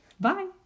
Bye